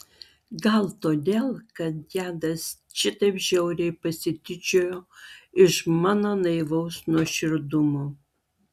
gal todėl kad gedas šitaip žiauriai pasityčiojo iš mano naivaus nuoširdumo